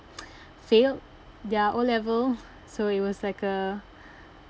failed their O level so it was like a